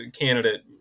candidate